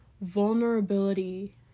vulnerability